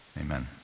Amen